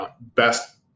best